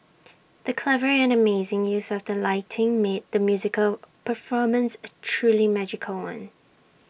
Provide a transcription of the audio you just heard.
the clever and amazing use of the lighting made the musical performance A truly magical one